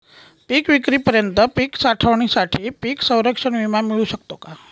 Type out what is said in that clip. पिकविक्रीपर्यंत पीक साठवणीसाठी पीक संरक्षण विमा मिळू शकतो का?